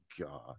God